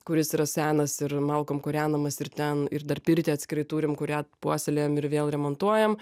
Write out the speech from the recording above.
kuris yra senas ir malkom kūrenamas ir ten ir dar pirtį atskirai turim kurią puoselėjam ir vėl remontuojam